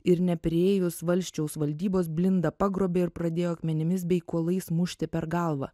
ir nepriėjus valsčiaus valdybos blindą pagrobė ir pradėjo akmenimis bei kuolais mušti per galvą